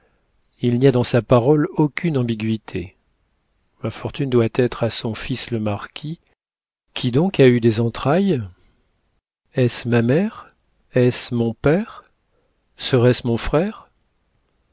il n'y a dans sa parole aucune ambiguïté ma fortune doit être à son fils le marquis qui donc a eu des entrailles est-ce ma mère est-ce mon père serait-ce mon frère